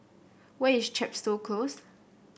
where is Chepstow Close